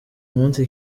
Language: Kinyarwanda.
munsi